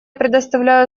предоставляю